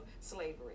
slavery